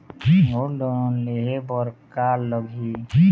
Gold loan लेहे बर का लगही?